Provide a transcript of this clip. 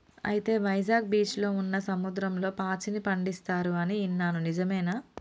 అయితే వైజాగ్ బీచ్లో ఉన్న సముద్రంలో పాచిని పండిస్తారు అని ఇన్నాను నిజమేనా